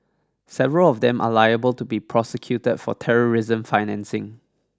several of them are liable to be prosecuted for terrorism financing